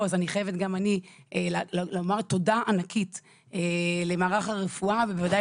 פה אז אני חייבת גם אני לומר תודה ענקים למערך הרפואה ובוודאי